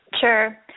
Sure